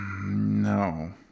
no